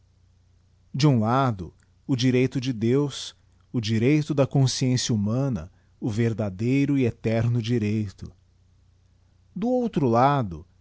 de um lado o direito de deus o direito da consciência humana o verdadeiro e eterno direito do outro lado